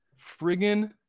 friggin